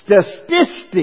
Statistics